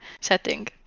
setting